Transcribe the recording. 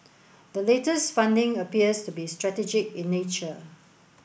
the latest funding appears to be strategic in nature